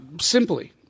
simply